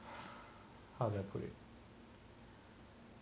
how to put it